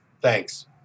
Thanks